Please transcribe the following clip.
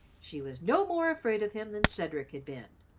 she was no more afraid of him than cedric had been,